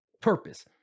purpose